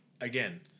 again